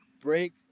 break